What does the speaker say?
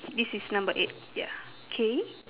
this is number eight ya okay